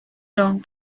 round